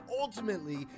ultimately